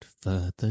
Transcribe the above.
further